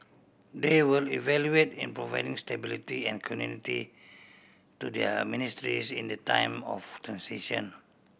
they will evaluate in providing stability and continuity to their ministries in the time of transition